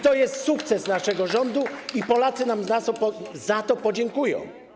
To jest sukces naszego rządu i Polacy nam za to podziękują.